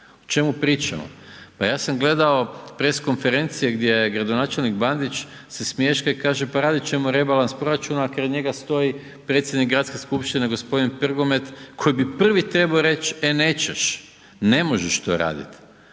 o čemu pričamo. Pa ja sam gledao press konferencije gdje gradonačelnik Bandić se smješka i kaže pa radit ćemo rebalans proračuna, a kraj njega stoji predsjednik Gradske skupštine gospodin Prgomet koji bi prvi trebao reći, e nećeš, ne možeš to raditi,